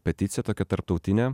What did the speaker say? peticija tokia tarptautinė